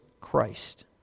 Christ